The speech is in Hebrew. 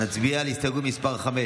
כרגע נצביע על הסתייגות מס' 5,